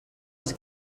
els